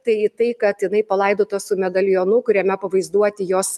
tai tai kad jinai palaidota su medalionu kuriame pavaizduoti jos